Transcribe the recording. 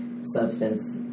substance